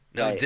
no